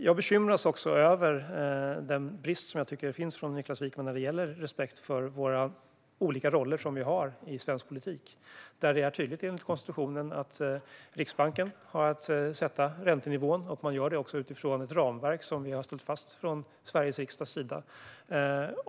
Jag bekymras också över den brist som jag tycker finns hos Niklas Wykman när det gäller respekt för de olika roller som vi har i svensk politik. Det är enligt konstitutionen tydligt att Riksbanken har att sätta räntenivån och att göra det utifrån ett ramverk som vi har ställt fast från Sveriges riksdags sida.